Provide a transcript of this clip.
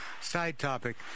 side-topic